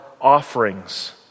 offerings